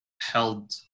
held